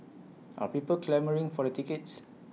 are people clamouring for the tickets